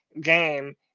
game